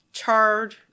Charred